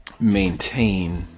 maintain